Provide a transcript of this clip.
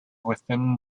within